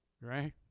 Right